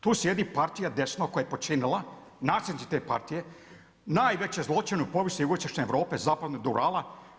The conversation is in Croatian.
Tu sjedi partija desno koja je počinila, nasljednici te partije, najveće zločine u povijesti jugoistočne Europe, zapadne do Urala.